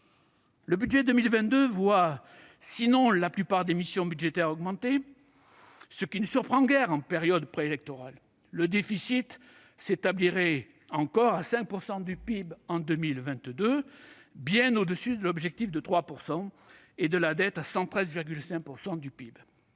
Le budget 2022 voit la plupart des missions budgétaires augmenter, ce qui ne surprend guère en période préélectorale. Le déficit s'établirait encore à 5 % du PIB en 2022, bien au-dessus de l'objectif de 3 %, et la dette s'élèverait à 113,5 % du PIB.